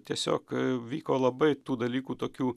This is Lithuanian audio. tiesiog vyko labai tų dalykų tokių